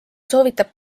soovitab